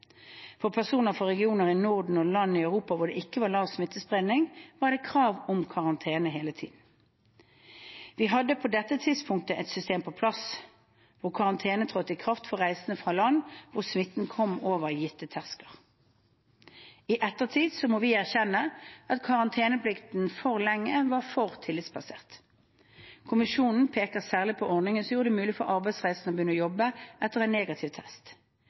For personer fra regioner i Norden og land i Europa hvor det ikke var lav smittespredning, var det krav om karantene hele tiden. Vi hadde på dette tidspunktet et system på plass, hvor karantene trådte i kraft for reisende fra land hvor smitten kom over gitte terskler. I ettertid må vi erkjenne at karanteneplikten for lenge var for tillitsbasert. Kommisjonen peker særlig på ordningen som gjorde det mulig for arbeidsreisende å begynne å jobbe etter en negativ test.